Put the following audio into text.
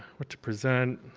what to present,